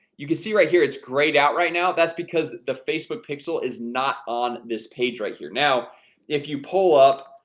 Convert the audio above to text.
you can see right here. it's grayed out right now that's because the facebook pixel is not on this page right here now if you pull up.